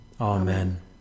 amen